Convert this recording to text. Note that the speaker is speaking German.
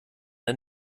der